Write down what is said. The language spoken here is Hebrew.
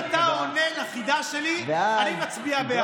אם אתה עונה על החידה שלי אני מצביע בעד,